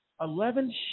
Eleven